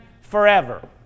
forever